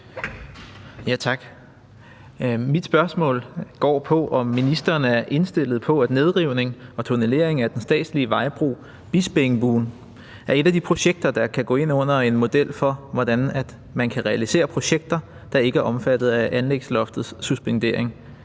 Tak. Mit spørgsmål lyder: Er ministeren indstillet på, at nedrivning og tunnelering af den statslige vejbro Bispeengbuen er et af de projekter, der kan gå ind under »en model for, hvordan man kan realisere projekter […], der ikke er omfattet af anlægsloftets suspendering